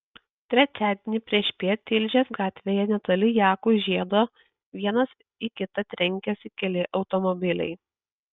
trečiadienį priešpiet tilžės gatvėje netoli jakų žiedo vienas į kitą trenkėsi keli automobiliai